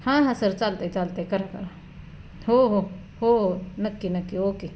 हां हां सर चालतं आहे चालतं आहे करा करा हो हो हो हो नक्की नक्की ओके